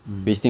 hmm